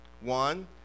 One